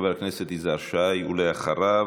חבר הכנסת יזהר שי, ואחריו,